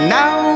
now